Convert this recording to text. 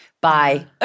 Bye